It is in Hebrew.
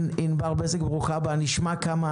בבקשה, שמעון